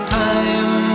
time